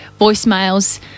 voicemails